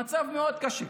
המצב מאוד קשה.